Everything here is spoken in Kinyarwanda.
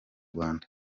rwanda